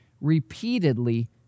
repeatedly